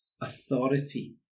authority